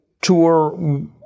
Tour